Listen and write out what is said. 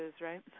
right